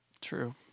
True